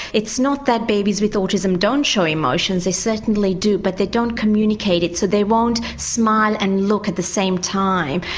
it's not that babies with autism don't show emotions, they certainly do, but they don't communicate it, so they won't smile and look at the same time.